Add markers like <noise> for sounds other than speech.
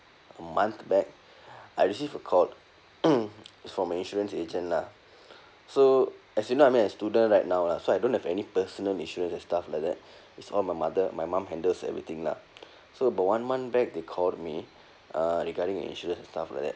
a month back I receive a call <coughs> from a insurance agent lah <breath> so as you know I'm a student right now lah so I don't have any personal insurance and stuff like that is all my mother my mum handles everything lah so about one month back they called me uh regarding insurance and stuff like that